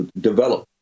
develop